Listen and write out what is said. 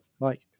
Mike